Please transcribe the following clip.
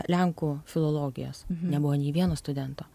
lenkų filologijos nebuvo nei vieno studento